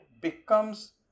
becomes